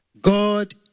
God